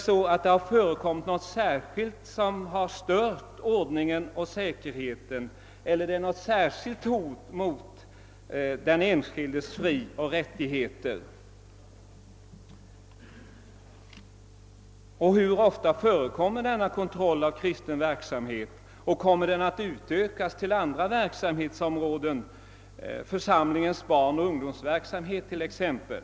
Har det förekommit något särskilt som har stört ordningen och säkerheten eller föreligger det något särskilt hot mot den enskildes frioch rättigheter? Hur ofta förekommer denna kontroll av kristen verksamhet och kommer den ati utökas till andra verksamhetsområden, församlingarnas barnoch ungdomsverksamhet till exempel?